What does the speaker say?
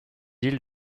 îles